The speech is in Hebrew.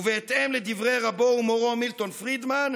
ובהתאם לדברי רבו ומורו מילטון פרידמן,